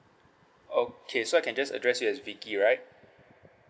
okay so I can just address you as vicky right